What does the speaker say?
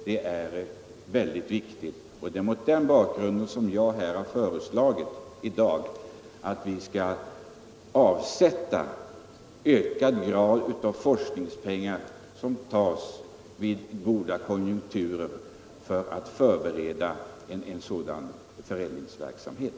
Det är mycket viktigt, och det är mot den bakgrunden som jag i dag har föreslagit att vi under goda konjunkturer skall avsätta större belopp än nu tili forskning för att förbereda en sådan förädlingsverksamhet.